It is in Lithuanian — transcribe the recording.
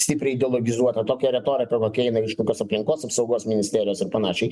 stipriai ideologizuota tokia retorika kokia jinai iš kokios aplinkos apsaugos ministerijos ir panašiai